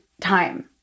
time